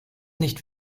nicht